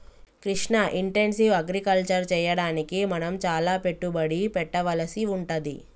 Krishna intensive agriculture చెయ్యడానికి మనం చాల పెట్టుబడి పెట్టవలసి వుంటది